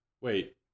wait